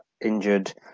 injured